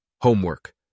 Homework